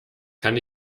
kann